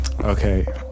Okay